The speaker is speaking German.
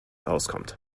auskommt